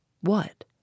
What